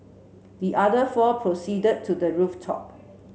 the other four proceeded to the rooftop